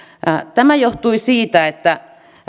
tämä johtui siitä että